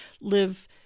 live